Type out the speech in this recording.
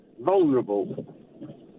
vulnerable